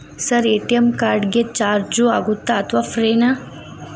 Sir ATM card ಗೆ charge ಆಗುತ್ತಾ ಅಥವಾ ಫ್ರೇ ನಾ?